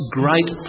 great